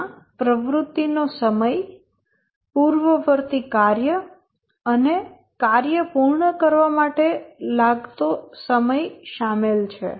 જેમાં પ્રવૃત્તિ નો સમય પૂર્વવર્તી કાર્ય અને કાર્ય પૂર્ણ કરવા માટે લાગતો સમય શામેલ છે